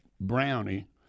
Brownie